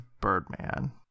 Birdman